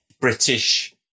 British